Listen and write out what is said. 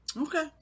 okay